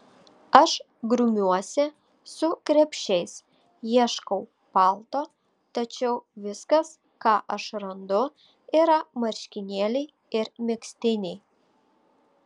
aš grumiuosi su krepšiais ieškau palto tačiau viskas ką aš randu yra marškinėliai ir megztiniai